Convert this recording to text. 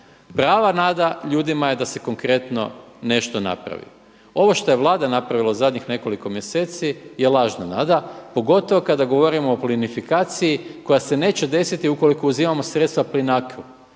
Prava nada ljudima je da se konkretno nešto napravi. Ovo što je Vlada napravila u zadnjih nekoliko mjeseci je lažna nada, pogotovo kada govorimo o plinifikaciji koja se neće desiti ukoliko uzimamo sredstva Plinacro.